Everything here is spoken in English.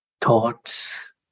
thoughts